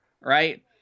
right